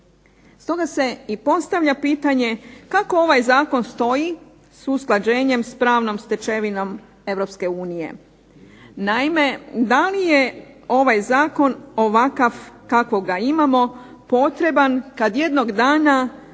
Stoga se i postavlja pitanje kako ovaj zakon stoji s usklađenjem s pravnom stečevinom Europske unije. Naime, da li je ovaj zakon ovakav kakvog ga imamo potreban kad jednog dana